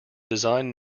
design